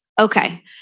okay